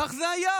כך זה היה,